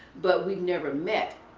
but we've never met.